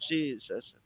Jesus